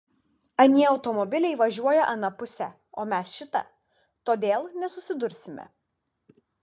anie automobiliai važiuoja ana puse o mes šita todėl nesusidursime